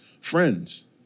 friends